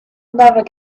never